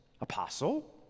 apostle